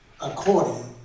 according